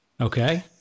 Okay